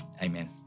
Amen